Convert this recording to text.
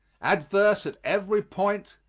adverse at every point,